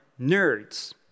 nerds